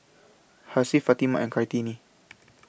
Hasif Fatimah and Kartini